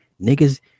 niggas